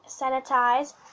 sanitize